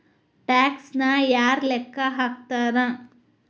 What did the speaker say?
ಟ್ಯಾಕ್ಸನ್ನ ಯಾರ್ ಲೆಕ್ಕಾ ಹಾಕ್ತಾರ?